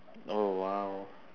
oh !wow!